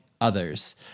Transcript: Others